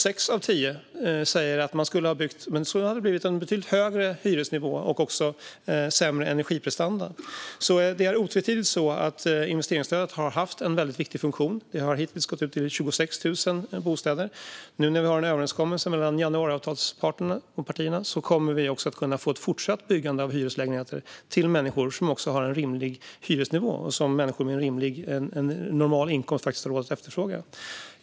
Sex av tio säger att de skulle ha byggt men med en betydligt högre hyresnivå och sämre energiprestanda. Det är otvetydigt så att investeringsstödet har haft en viktig funktion. Det har hittills gått ut till 26 000 bostäder. Nu när vi har en överenskommelse mellan januariavtalspartierna kommer vi att kunna få ett fortsatt byggande av hyreslägenheter som har en rimlig hyresnivå och som människor med en normal inkomst har råd att efterfråga.